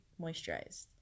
moisturized